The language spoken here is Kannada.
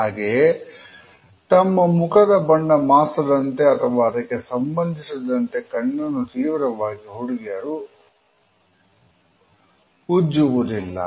ಹಾಗೆಯೇ ತಮ್ಮ ಮುಖದ ಬಣ್ಣ ಮಾಸದಂತೆ ಅಥವಾ ಅದಕ್ಕೆ ಸಂಬಂಧಿಸಿದಂತೆ ಕಣ್ಣನ್ನು ತೀವ್ರವಾಗಿ ಹುಡುಗಿಯರು ಉಜ್ಜುವುದಿಲ್ಲ